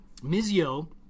Mizio